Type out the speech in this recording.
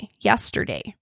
yesterday